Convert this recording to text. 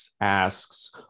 asks